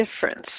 difference